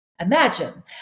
Imagine